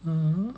(uh huh)